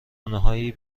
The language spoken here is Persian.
آنهایی